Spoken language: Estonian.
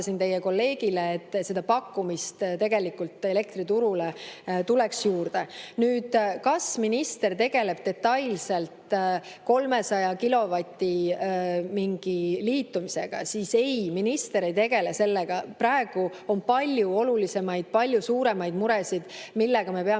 teie kolleegile, siis seda pakkumist tuleks tegelikult elektriturule juurde. Kas minister tegeleb detailselt mingi 300 kilovati liitumisega, siis ei, minister ei tegele sellega. Praegu on palju olulisemaid, palju suuremaid muresid, millega me peame